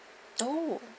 oh